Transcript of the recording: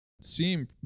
seem